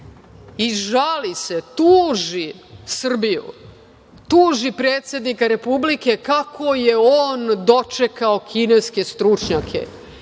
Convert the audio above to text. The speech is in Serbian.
i žali se, tuži Srbiju, tuži predsednika Republike kako je on dočekao kineske stručnjake